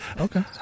Okay